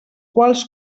quals